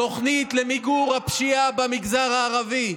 תוכנית למיגור הפשיעה במגזר הערבי.